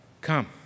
Come